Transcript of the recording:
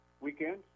weekend